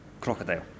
Crocodile